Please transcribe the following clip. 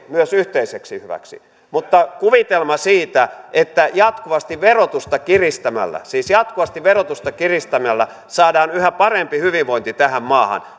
myös yhteiseksi hyväksi mutta kuvitelma siitä että jatkuvasti verotusta kiristämällä siis jatkuvasti verotusta kiristämällä saadaan yhä parempi hyvinvointi tähän maahan